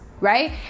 right